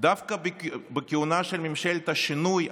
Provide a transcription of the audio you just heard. דווקא בכהונה של ממשלת השינוי,